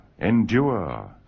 endure